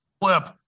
flip